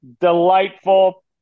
delightful